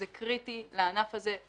זה קריטי לענף הזה,